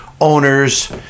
owners